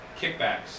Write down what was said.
kickbacks